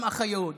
גם אחיות,